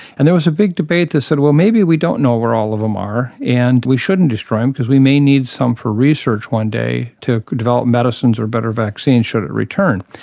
and there was a big debate that said, well, maybe we don't know where all of them are and we shouldn't destroy them because we may need some for research one day to develop medicines or better vaccines should it return.